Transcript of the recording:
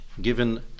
given